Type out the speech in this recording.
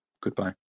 Goodbye